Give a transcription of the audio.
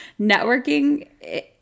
networking